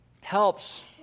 help's